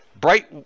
bright